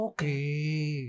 Okay